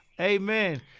Amen